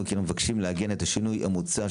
כי אנו מבקשים לעגן את השינוי המוצע,